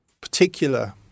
particular